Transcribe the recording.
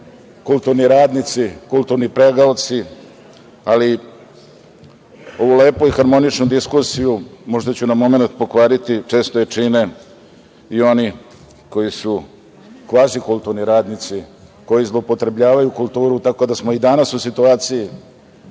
kulturni radnici, kulturni pregaoci, ali ovu lepu i harmoničnu diskusiju, možda ću na momenat pokvariti, često je čine i oni koji su kvazi kulturni radnici, koji zloupotrebljavaju kulturu, tako da smo i danas u situaciji